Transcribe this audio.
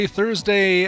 Thursday